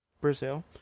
Brazil